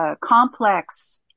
complex